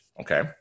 okay